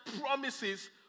promises